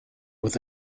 with